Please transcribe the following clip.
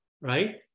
right